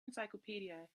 encyclopedia